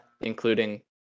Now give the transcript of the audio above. including